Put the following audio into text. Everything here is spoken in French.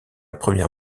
première